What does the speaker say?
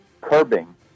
curbing